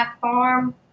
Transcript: Farm